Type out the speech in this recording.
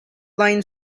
line